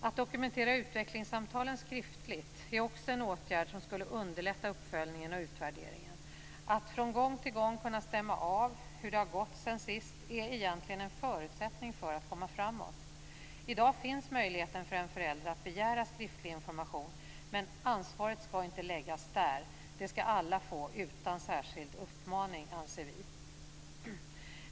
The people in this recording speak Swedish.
Att dokumentera utvecklingssamtalen skriftligt är också en åtgärd som skulle underlätta uppföljningen och utvärderingen. Att från gång till gång kunna stämma av hur det har gått sedan sist är egentligen en förutsättning för att komma framåt. I dag finns möjligheten för en förälder att begära skriftlig information, men ansvaret skall inte läggas där. Vi anser att alla skall få det utan särskild uppmaning.